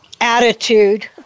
attitude